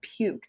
puked